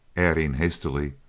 adding, hastily,